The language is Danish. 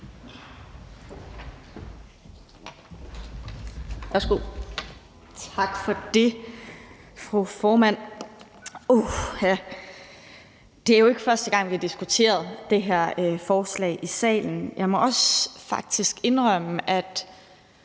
Tak for det, fru formand. Det er jo ikke første gang, vi har diskuteret det her forslag i salen. Og jeg må faktisk også indrømme, at